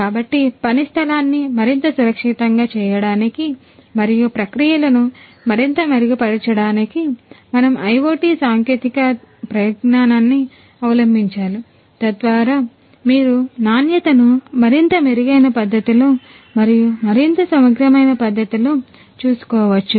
కాబట్టి పని స్థలాన్ని మరింత సురక్షితంగా చేయడానికి మరియు ప్రక్రియలను మరింత మెరుగుపరచడానికి మనము IoT సాంకేతిక పరిజ్ఞానాన్ని అవలంభించాలి తద్వారా మీరు నాణ్యతను మరింత మెరుగైన పద్ధతిలో మరియు మరింత సమగ్రమైన పద్ధతిలో చూసుకోవచ్చు